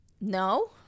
No